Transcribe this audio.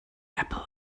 apple